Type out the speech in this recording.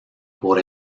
por